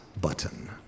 button